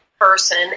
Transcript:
person